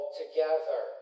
together